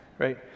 right